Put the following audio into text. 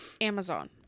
amazon